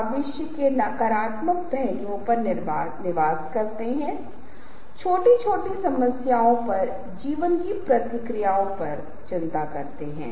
जैसा कि मैंने आपको पहले बताया था इस विशेष सत्र की शुरुआत में दृश्य प्रस्तुति या तो आपकी प्रस्तुति के अनुरूप हो सकती है